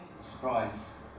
Surprise